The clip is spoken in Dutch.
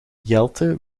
jelte